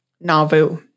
Nauvoo